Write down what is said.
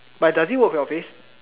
but does it work for your face